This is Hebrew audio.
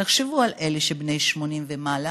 תחשבו על אלה שהם בני 80 ומעלה